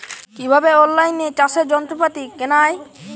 কিভাবে অন লাইনে চাষের যন্ত্রপাতি কেনা য়ায়?